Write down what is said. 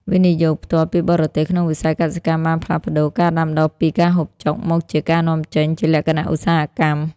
វិនិយោគផ្ទាល់ពីបរទេស ក្នុងវិស័យកសិកម្មបានផ្លាស់ប្តូរការដាំដុះពី "ការហូបចុក" មកជា "ការនាំចេញ" ជាលក្ខណៈឧស្សាហកម្ម។